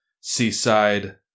seaside